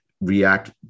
react